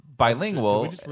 Bilingual